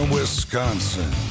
Wisconsin